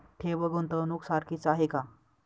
ठेव, गुंतवणूक सारखीच आहे का?